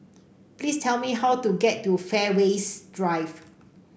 please tell me how to get to Fairways Drive